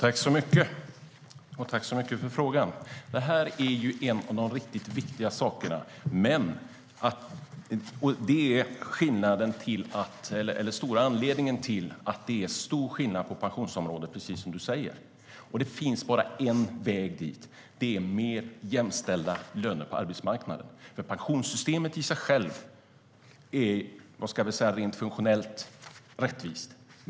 Fru talman! Jag tackar för frågan. Detta är en av de riktigt viktiga sakerna. Det är den stora anledningen till att det är stor skillnad på pensionsområdet, precis som du säger. Det finns bara en väg dit, och det är mer jämställda löner på arbetsmarknaden. Pensionssystemet i sig självt är rent funktionellt rättvist.